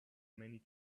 many